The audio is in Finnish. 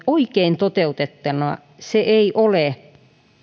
oikein toteutettuna se ei ole